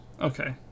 okay